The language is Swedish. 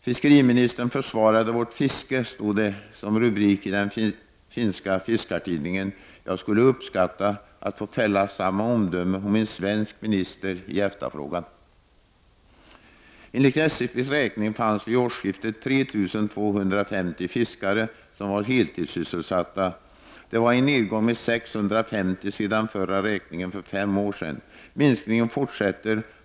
”Fiskeriministern försvarade vårt fiske”, stod det som rubrik i den finska fiskartidningen. Jag skulle uppskatta att få fälla samma omdöme om en svensk minister i EFTA-frågan. Enligt SCBs räkning fanns vid årsskiftet 3 250 fiskare som var heltidssysselsatta. Det var en nedgång med 650 sedan förra räkningen för fem år sedan. Minskningen fortsätter.